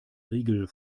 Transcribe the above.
riegel